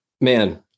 Man